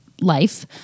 life